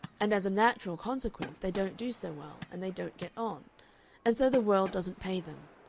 and as a natural consequence, they don't do so well, and they don't get on and so the world doesn't pay them.